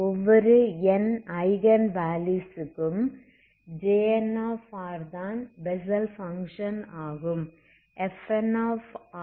ஒவ்வொரு n eigen values க்கும் Jn தான் பெசல் பங்க்ஷன் ஆகும்